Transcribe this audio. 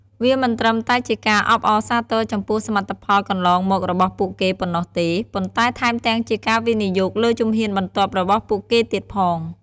វាមិនត្រឹមតែជាការអបអរសាទរចំពោះសមិទ្ធផលកន្លងមករបស់ពួកគេប៉ុណ្ណោះទេ ប៉ុន្តែថែមទាំងជាការវិនិយោគលើជំហានបន្ទាប់របស់ពួកគេទៀតផង។